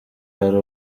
hari